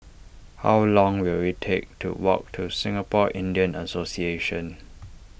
how long will it take to walk to Singapore Indian Association